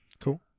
Cool